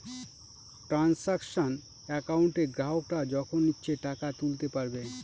transaction একাউন্টে গ্রাহকরা যখন ইচ্ছে টাকা তুলতে পারবে